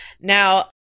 Now